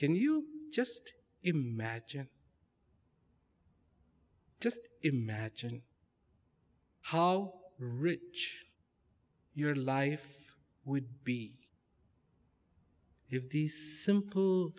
can you just imagine just imagine how rich your life would be